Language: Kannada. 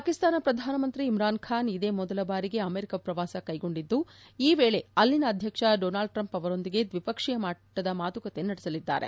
ಪಾಕಿಸ್ತಾನ ಪ್ರಧಾನಮಂತ್ರಿ ಇಮಾನ್ ಬಾನ್ ಇದೇ ಮೊದಲ ಬಾರಿಗೆ ಅಮೆರಿಕಾ ಪ್ರವಾಸ ಕ್ಲೆಗೊಂಡಿದ್ದು ಈ ವೇಳೆ ಅಲ್ಲಿನ ಅಧ್ಯಕ್ಷ ಡೊನಾಲ್ಡ್ ಟ್ರಂಪ್ ಅವರೊಂದಿಗೆ ದ್ವಿಪಕ್ಷೀಯ ಮಟ್ಟದ ಮಾತುಕತೆ ನಡೆಸಲಿದ್ದಾರೆ